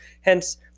Hence